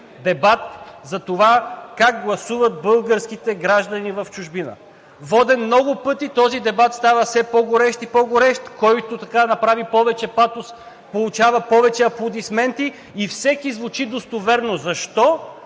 дебат за това как гласуват българските граждани в чужбина. Воден много пъти, този дебат става все по-горещ и по-горещ, който направи повече патос, получава повече аплодисменти и всеки звучи достоверно. Защо?